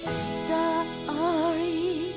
story